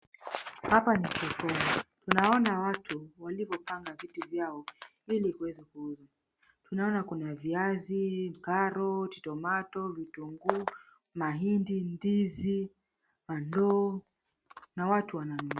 Hapa ni sokoni. Tunaona watu walivyopanga vitu vyao ili kuweza kuuza. Tunaona kuna viazi, mkaroti, tomato , vitunguu, mahindi, ndizi, bandoo na watu wananunua.